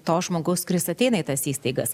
to žmogaus kuris ateina į tas įstaigas